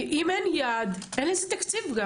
אם אין יעד אין לזה תקציב.